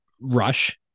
rush